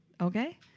Okay